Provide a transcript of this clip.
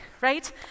right